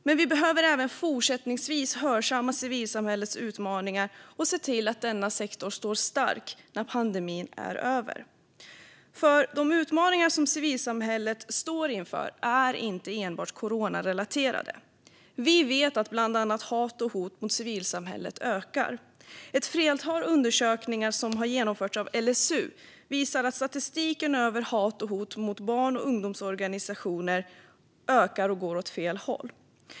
Men vi behöver även fortsättningsvis hörsamma civilsamhällets utmaningar och se till att denna sektor står stark när pandemin är över, för de utmaningar som civilsamhället står inför är inte enbart coronarelaterade. Vi vet att bland annat hat och hot mot civilsamhället ökar. Ett flertal undersökningar som har genomförts av LSU visar att statistiken över hat och hot mot barn och ungdomsorganisationer går åt fel håll.